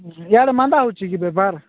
ୟାଡ଼େ ମାନ୍ଦା ହେଉଛି କି ବେପାର